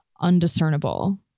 undiscernible